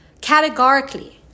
categorically